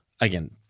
again